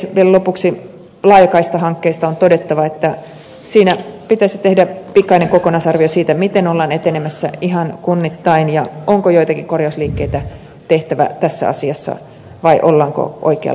vielä lopuksi laajakaistahankkeista on todettava että siinä pitäisi tehdä pikainen kokonaisarvio siitä miten ollaan etenemässä ihan kunnittain ja onko joitakin korjausliikkeitä tehtävä tässä asiassa vai ollaanko oikealla reitillä